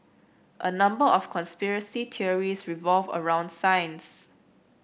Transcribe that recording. a number of conspiracy theories revolve around science